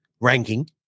ranking